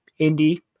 indie